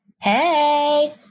Hey